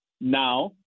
now